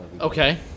Okay